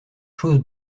choses